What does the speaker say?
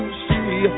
see